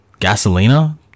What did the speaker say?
Gasolina